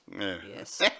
Yes